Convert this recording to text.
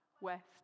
West